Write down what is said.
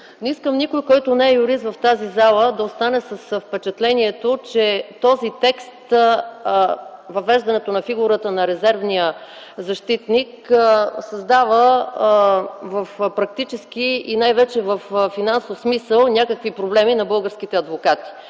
не искам никой, който не е юрист в тази зала, да остане с впечатлението, че въвеждането на фигурата на резервния защитник създава в практически и най-вече във финансов смисъл някакви проблеми на българските адвокати.